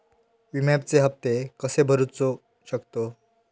विम्याचे हप्ते कसे भरूचो शकतो?